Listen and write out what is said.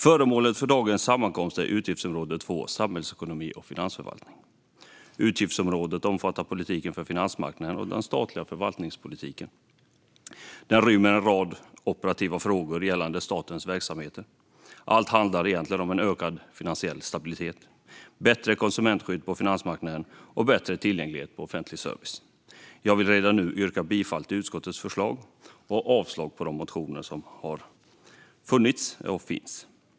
Föremålet för dagens sammankomst är utgiftsområde 2 Samhällsekonomi och finansförvaltning. Utgiftsområdet omfattar politiken för finansmarknaden och den statliga förvaltningspolitiken och rymmer en rad operativa frågor gällande statens verksamheter. Allt handlar egentligen om en ökad finansiell stabilitet, bättre konsumentskydd på finansmarknaden och bättre tillgänglighet till offentlig service. Jag vill redan nu yrka bifall till utskottets förslag och avslag på de motioner som har funnits och finns.